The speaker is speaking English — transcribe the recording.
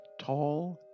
tall